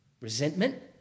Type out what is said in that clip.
Resentment